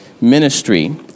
ministry